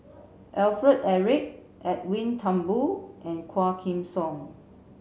Alfred Eric Edwin Thumboo and Quah Kim Song